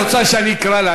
מיכל רוצה שאני אקרא אותה,